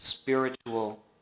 spiritual